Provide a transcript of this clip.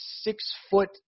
six-foot